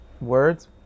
words